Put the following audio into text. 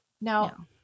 now